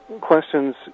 questions